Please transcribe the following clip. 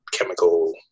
chemical